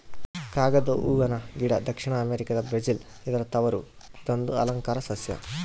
ಕಾಗದ ಹೂವನ ಗಿಡ ದಕ್ಷಿಣ ಅಮೆರಿಕಾದ ಬ್ರೆಜಿಲ್ ಇದರ ತವರು ಇದೊಂದು ಅಲಂಕಾರ ಸಸ್ಯ